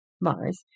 Mars